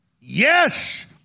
yes